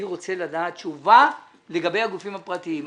אני רוצה לדעת תשובה לגבי הגופים הפרטיים.